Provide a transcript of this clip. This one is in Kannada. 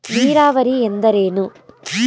ನೀರಾವರಿ ಎಂದರೇನು?